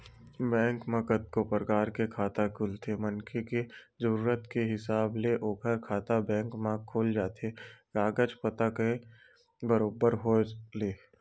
bank म कतको परकार के खाता खुलथे मनखे के जरुरत के हिसाब ले ओखर खाता बेंक म खुल जाथे कागज पतर के बरोबर होय ले